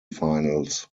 finals